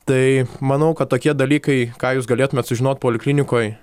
tai manau kad tokie dalykai ką jūs galėtumėt sužinot poliklinikoj